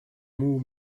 muu